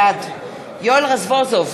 בעד יואל רזבוזוב,